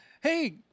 Hey